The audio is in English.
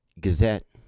Gazette